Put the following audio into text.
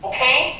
Okay